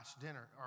dinner